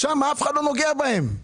שם אף אחד לא נוגע בהם.